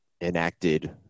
enacted